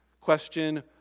Question